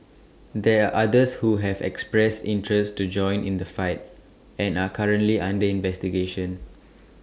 there are others who have expressed interest to join in the fight and are currently under investigation